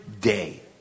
day